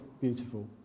beautiful